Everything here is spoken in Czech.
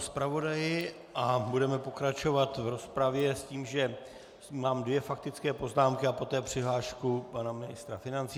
Děkuji panu zpravodaji a budeme pokračovat v rozpravě s tím, že mám dvě faktické poznámky a poté přihlášku pana ministra financí.